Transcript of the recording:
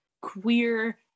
queer